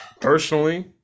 personally